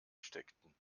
steckten